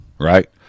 Right